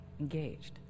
engaged